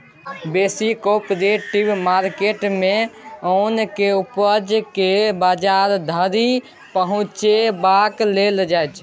बेसी cooperative market मे ओन केँ उपजाए केँ बजार धरि पहुँचेबाक लेल छै